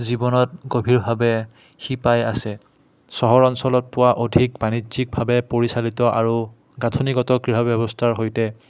জীৱনত গভীৰভাৱে সিপাই আছে চহৰ অঞ্চলত পোৱা অধিক বাণিজ্যিকভাৱে পৰিচালিত আৰু গাঁথনিগত ক্ৰীড়া ব্যৱস্থাৰ সৈতে